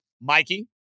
Mikey